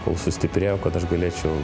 kol sustiprėjau kad aš galėčiau